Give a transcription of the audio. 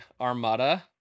armada